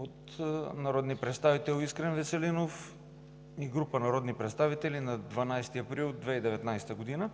от Искрен Веселинов и група народни представители на 12 април 2019 г.